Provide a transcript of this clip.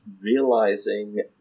realizing